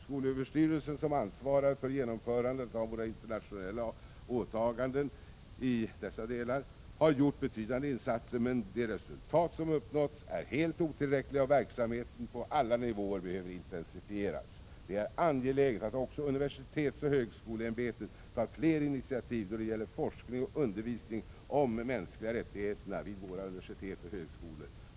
Skolöverstyrelsen, som ansvarar för genomförandet av våra internationella åtaganden i dessa delar, har gjort betydande insatser. Men de resultat som uppnåtts är helt otillräckliga, och verksamheten på alla nivåer behöver intensifieras. Det är angeläget att också universitetoch högskoleämbetet tar fler initiativ då det gäller forskning och undervisning om de mänskliga rättigheterna vid våra universitet och högskolor.